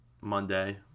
Monday